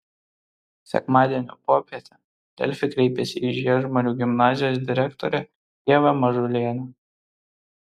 sekmadienio popietę delfi kreipėsi į žiežmarių gimnazijos direktorę ievą mažulienę